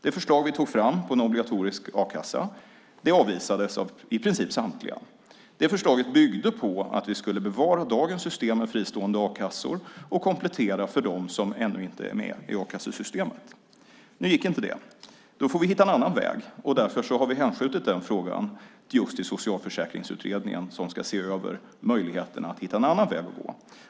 Det förslag på en obligatorisk a-kassa som vi tog fram avvisades av i princip samtliga. Det förslaget byggde på att vi skulle bevara dagens system med fristående a-kassor och komplettera för dem som ännu inte är med i a-kassesystemet. Nu gick inte det. Då får vi hitta en annan väg, och därför har vi hänskjutit frågan till Socialförsäkringsutredningen som ska se över möjligheten att hitta en annan väg att gå.